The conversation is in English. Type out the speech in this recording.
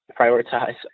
prioritize